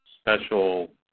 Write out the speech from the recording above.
special